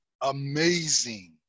amazing